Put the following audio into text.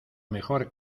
mejor